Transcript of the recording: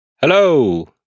Hello